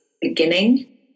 beginning